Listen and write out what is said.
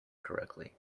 correctly